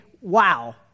wow